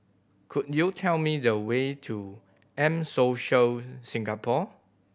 could you tell me the way to M Social Singapore